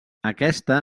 aquesta